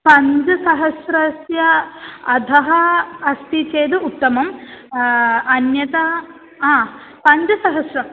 पञ्चसहस्रस्य अधः अस्ति चेद् उत्तमम् अन्यथा पञ्चसहस्रम्